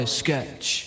sketch